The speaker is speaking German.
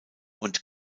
und